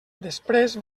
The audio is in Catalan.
després